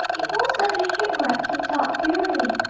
it was like a shipwreck, he thought drearily.